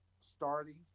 starting